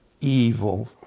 evil